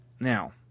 Now